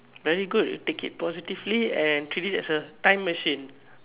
very good take it positively and treat it as a time machine